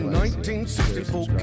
1964